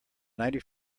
ninety